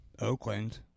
Oakland